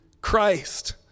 Christ